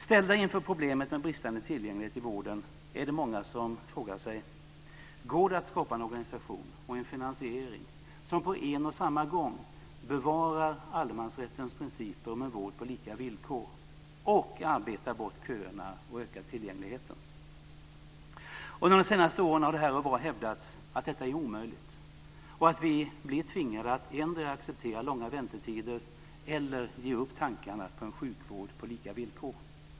Ställda inför problemet med bristande tillgänglighet i vården är det många som frågar sig: Går det att skapa en organisation och en finansiering som på en och samma gång bevarar allemansrättens principer om en vård på lika villkor och arbetar bort köerna och ökar tillgängligheten? Under de senaste åren har det här och var hävdats att detta är omöjligt och att vi blir tvingade att endera acceptera långa väntetider eller ge upp tankarna på en sjukvård på lika villkor.